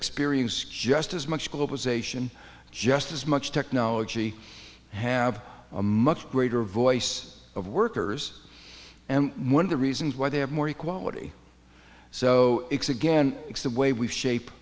experienced just as much globalization just as much technology have a much greater voice of workers and one of the reasons why they have more equality so it's a game and it's the way we shape